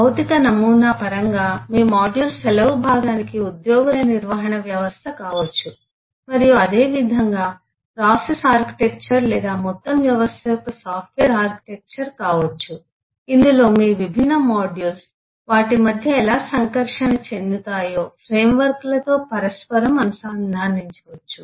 భౌతిక నమూనా పరంగా మీ మాడ్యూల్ సెలవు భాగానికి ఉద్యోగుల నిర్వహణ వ్యవస్థ కావచ్చు మరియు అదేవిధంగా ప్రాసెస్ ఆర్కిటెక్చర్ లేదా మొత్తం వ్యవస్థ యొక్క సాఫ్ట్వేర్ ఆర్కిటెక్చర్ కావచ్చు ఇందులో మీ విభిన్న మాడ్యూల్స్ వాటి మధ్య ఎలా సంకర్షణ చెందుతాయో ఫ్రేమ్వర్క్లతో పరస్పరం అనుసంధానించవచ్చు